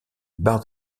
barres